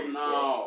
no